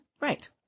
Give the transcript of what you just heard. Right